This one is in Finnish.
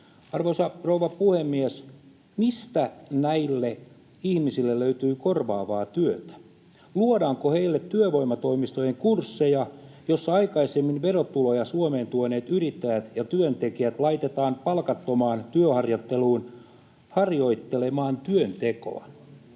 Arvoisa rouva puhemies! Mistä näille ihmisille löytyy korvaavaa työtä? Luodaanko heille työvoimatoimistojen kursseja, joilla aikaisemmin verotuloja Suomeen tuoneet yrittäjät ja työntekijät laitetaan palkattomaan työharjoitteluun harjoittelemaan työntekoa?